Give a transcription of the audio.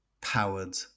powered